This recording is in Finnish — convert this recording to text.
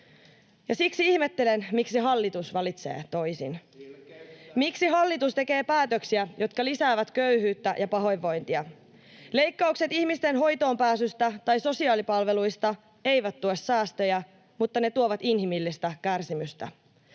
siksi ihmettelen, miksi hallitus valitsee toisin. [Ben Zyskowicz: Ilkeyttään!] Miksi hallitus tekee päätöksiä, jotka lisäävät köyhyyttä ja pahoinvointia? Leikkaukset ihmisten hoitoonpääsystä tai sosiaalipalveluista eivät tuo säästöjä, mutta ne tuovat inhimillistä kärsimystä.